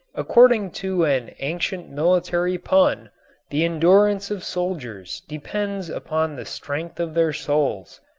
according to an ancient military pun the endurance of soldiers depends upon the strength of their soles.